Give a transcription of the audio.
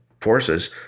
forces